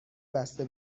بسته